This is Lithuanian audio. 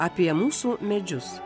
apie mūsų medžius